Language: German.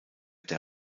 der